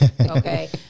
Okay